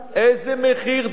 איזה מחיר, לעזה.